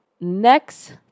Next